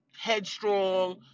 headstrong